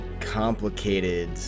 complicated